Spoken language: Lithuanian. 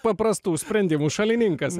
paprastų sprendimų šalininkas